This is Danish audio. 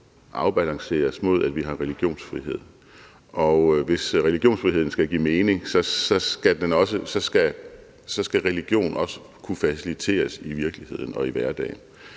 afbalanceres mod, at vi har religionsfrihed. Og hvis religionsfriheden skal give mening, skal religion også kunne faciliteres i virkeligheden og i hverdagen.